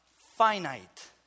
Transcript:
finite